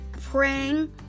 praying